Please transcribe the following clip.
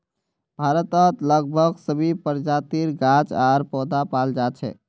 भारतत लगभग सभी प्रजातिर गाछ आर पौधा पाल जा छेक